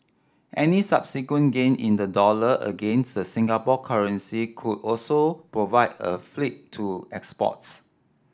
any subsequent gain in the dollar against the Singapore currency could also provide a fillip to exports